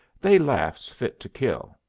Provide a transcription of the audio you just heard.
they laughs fit to kill.